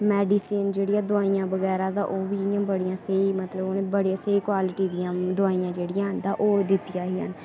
medicine जेह्ड़ियां दवाइयां बगैरा ता ओह् बी बड़ियां स्हेई मतलब उ'नें बड़ियां स्हेई क्वालिटी दियां दवाइयां जेहड़ियां हैन तां ओह् दित्ती हियां